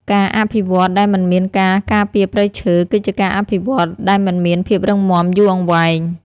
ការអភិវឌ្ឍដែលមិនមានការការពារព្រៃឈើ គឺជាការអភិវឌ្ឍដែលមិនមានភាពរឹងមាំយូរអង្វែង។